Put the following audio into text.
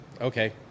Okay